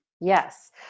Yes